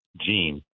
gene